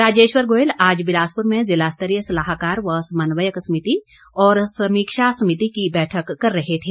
राजेश्वर गोयल आज बिलासपुर में जिला स्तरीय सलाहकार व समन्वयक समिति और समीक्षा समिति की बैठक कर रहे थे